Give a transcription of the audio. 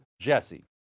JESSE